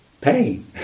pain